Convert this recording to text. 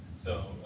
so,